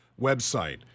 website